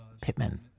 Pittman